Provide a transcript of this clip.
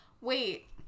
wait